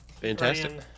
fantastic